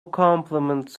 compliments